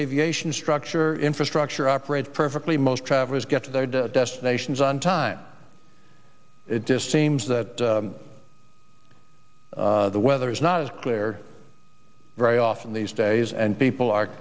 aviation structure infrastructure operate perfectly most travelers get to their destinations on time it just seems that the weather is not as clear or very often these days and people are